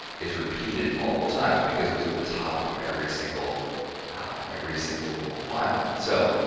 is repeated multiple times, because it was at the top of every single every single file. so,